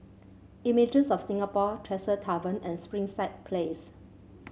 Images of Singapore Tresor Tavern and Springside Place